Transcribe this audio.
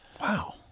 Wow